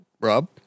Rob